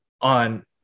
on